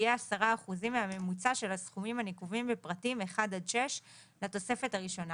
יהיה 10% מהממוצע של הסכומים הנקובים בפרטים (1) עד (6) לתוספת הראשונה